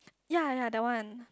ya ya that one